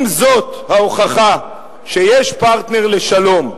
אם זאת ההוכחה שיש פרטנר לשלום,